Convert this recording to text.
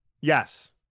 yes